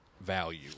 value